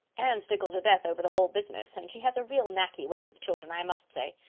anne's tickled to death over the whole business, and she has a real knacky way with children, i must say.